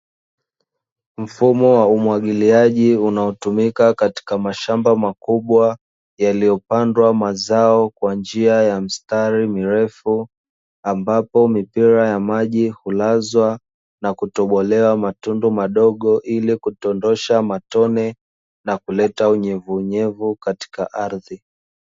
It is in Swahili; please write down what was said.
Mfumo wa umwagiliaji unaotumika katika mashamba makubwa, yaliyopandwa mazao kwa njia ya mistari mirefu, ambapo mipira ya maji hulazwa na kutobolewa matundu madogo, ili kudondosha matone na kuleta unyevunyevu katika ardhi.